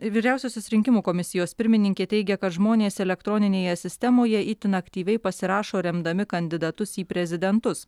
vyriausiosios rinkimų komisijos pirmininkė teigia kad žmonės elektroninėje sistemoje itin aktyviai pasirašo remdami kandidatus į prezidentus